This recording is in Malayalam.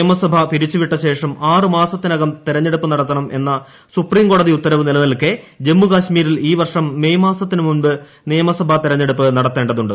നിയമസഭ പിരിച്ചുവിട്ടശേഷം ആറ് മാസത്തിനകം തെരഞ്ഞെടുപ്പ് നടത്തണം എന്ന സുപ്രീംകോടതി ഉത്തരവ് നിലനിൽക്കെ ജമ്മുകാശ്മീരിൽ ഈ വർഷം മെയ്മാസത്തിന് മുമ്പ് നിയമസഭാ തെരഞ്ഞെടുപ്പ് നടത്തേണ്ടതുണ്ട്